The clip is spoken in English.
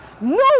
no